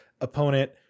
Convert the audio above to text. opponent